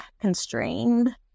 constrained